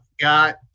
got